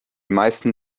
meisten